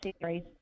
series